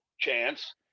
chance